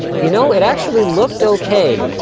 you know, it actually looked okay